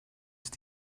ist